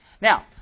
Now